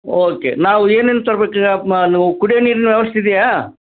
okay ನಾವು ಏನೇನು ತರ್ಬೇಕು ಈಗ ಕುಡಿಯೋ ನೀರಿನ್ ವ್ಯವಸ್ಥೆ ಇದೆಯಾ